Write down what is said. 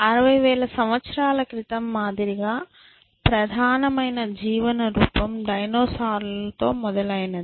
60000 సంవత్సరాల క్రితం మాదిరిగా ప్రధానమైన జీవన రూపం డైనోసార్ లు మొదలైనవి